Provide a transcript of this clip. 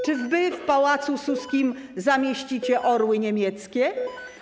Czy wy w pałacu Suskim zamieścicie orły niemieckie?